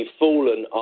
fallen